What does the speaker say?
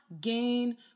gain